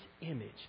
image